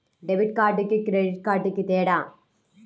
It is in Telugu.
డెబిట్ కార్డుకి క్రెడిట్ కార్డుకి తేడా?